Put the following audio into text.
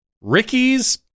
Ricky's